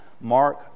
Mark